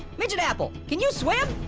midget apple, can you swim?